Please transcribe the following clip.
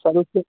سر پھر